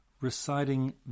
reciting